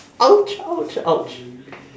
ouch ouch ouch